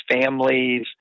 families